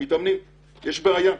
יש בעיה.